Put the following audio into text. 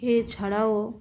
এছাড়াও